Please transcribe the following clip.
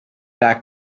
back